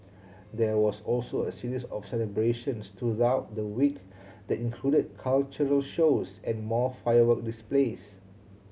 there was also a series of celebrations throughout the week that included cultural shows and more firework displays